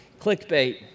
Clickbait